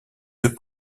deux